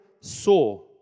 saw